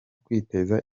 kwiteza